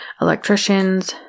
electricians